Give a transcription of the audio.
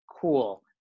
Cool